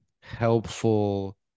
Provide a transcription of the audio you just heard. helpful